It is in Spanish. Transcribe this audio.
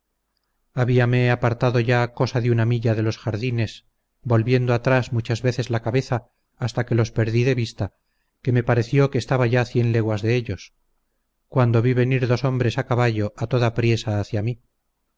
guardan habiame apartado ya cosa de una milla de los jardines volviendo atrás muchas veces la cabeza hasta que los perdí de vista que me pareció que estaba ya cien leguas de ellos cuando vi venir dos hombres a caballo a toda priesa hacia mí